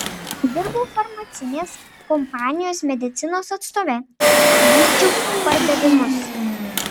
dirbau farmacinės kompanijos medicinos atstove vykdžiau pardavimus